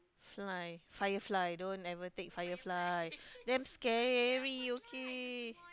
fly firefly don't ever take firefly damn scary okay